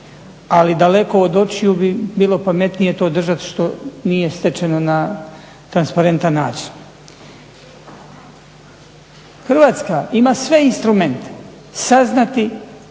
ali daleko od očiju bi bilo pametnije to držati što nije stečeno na transparentan način. Hrvatska ima sve instrumente saznati